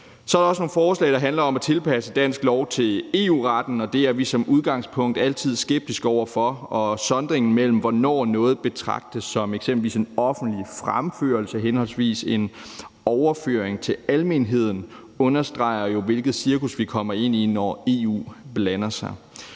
Så er der også nogle forslag, der handler om at tilpasse dansk lov til EU-retten. Det er vi som udgangspunkt altid skeptiske over for, og sondringen mellem, hvornår noget eksempelvis betragtes som en offentlig fremførelse, henholdsvis en overføring til almenheden, understreger jo, hvilket cirkus vi kommer ind i, når EU blander sig.